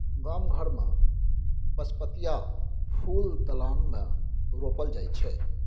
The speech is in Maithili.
गाम घर मे पचपतिया फुल दलान मे रोपल जाइ छै